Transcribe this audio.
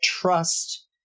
trust